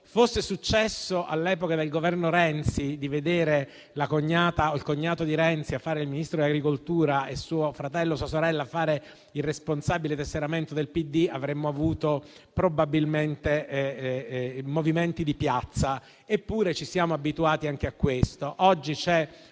fosse successo all'epoca del Governo Renzi di vedere la cognata o il cognato di Renzi fare il Ministro dell'agricoltura e suo fratello o sua sorella fare il responsabile tesseramento del PD, avremmo avuto probabilmente movimenti di piazza. Eppure, ci siamo abituati anche a questo. Oggi c'è